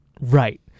Right